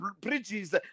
bridges